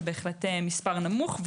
זה בהחלט מספר נמוך.